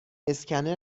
اسکنر